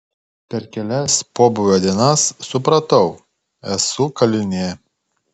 per kelias pobūvio dienas supratau esu kalinė